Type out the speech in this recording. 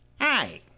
Hi